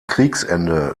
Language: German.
kriegsende